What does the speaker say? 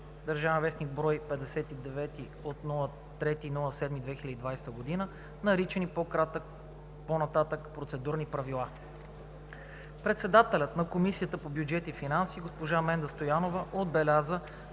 събрание (ДВ, бр. 59 от 3 юли 2020 г.), наричани по-нататък „Процедурни правила”. Председателят на Комисията по бюджет и финанси госпожа Менда Стоянова отбеляза,